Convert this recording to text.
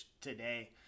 today